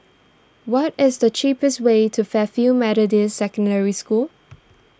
what is the cheapest way to Fairfield Methodist Secondary School